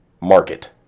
market